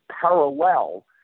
parallel